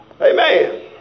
Amen